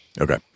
Okay